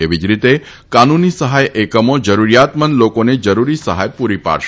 એવી જ રીતે કાનૂની સહાય એકમો જરૂરીયાતમંદ લોકોને જરૂરી સહાય પૂરી પાડશે